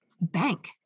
bank